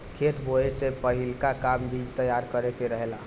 खेत बोए से पहिलका काम बीज तैयार करे के रहेला